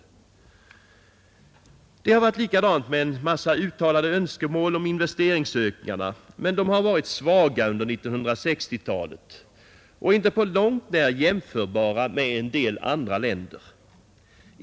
Det har varit likadant med en mängd uttalade önskemål om investeringsökningarna. De har varit svaga under 1960-talet och inte på långt när jämförbara med ökningarna i en del andra länder.